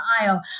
aisle